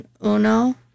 Uno